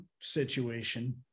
situation